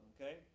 okay